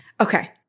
Okay